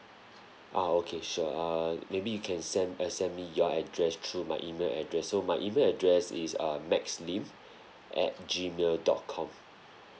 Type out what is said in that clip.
ah okay sure err maybe you can send uh send me your address through my email address so my email address is uh max lim at gmail dot com